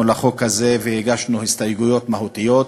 לחוק הזה והגשנו הסתייגויות מהותיות,